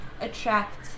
attract